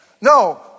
No